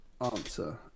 answer